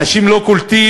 אנשים לא קולטים